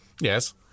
Yes